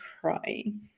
crying